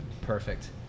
Perfect